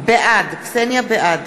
בעד